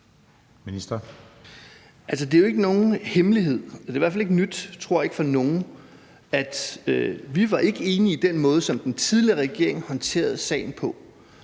Det er jo ikke nogen hemmelighed – det er i hvert fald ikke nyt for nogen, tror jeg – at vi ikke var enige i den måde, som den tidligere regering håndterede sagen på.